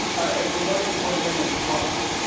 i'd say the most important thing is to pause.